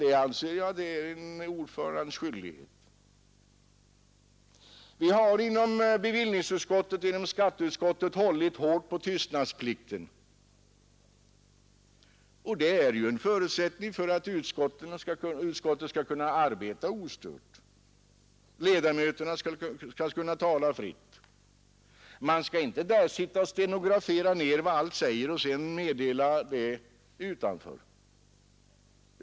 Som ordförande anser jag det vara min skyldighet att påtala detta. Inom bevillningsutskottet och skatteutskottet har vi hållit hårt på tystnadsplikten, som är en förutsättning för att utskottet skall kunna arbeta ostört. Ledamöterna skall kunna tala fritt i utskottet. Ingen skall kunna sitta och stenografera ned allt som sägs och föra det vidare utanför utskottet.